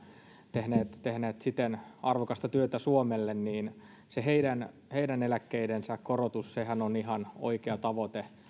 tehneet tehneet siten arvokasta työtä suomelle niin heidän heidän eläkkeidensä korotushan on ihan oikea tavoite